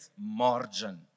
margin